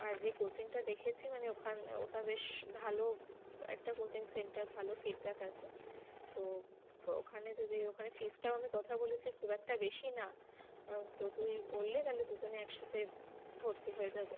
আর যে কোচিংটা দেখেছি মানে ওখান ওটা বেশ ভালো একটা কোচিং সেন্টার ভালো ফিডব্যাক আছে তো প ওখানে যদি ওখানে ফিসটাও আমি কথা বলেছি খুব একটা বেশি না তো তুই বললে তালে দুজনে একসাথে ভর্তি হয়ে যাবো